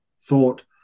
thought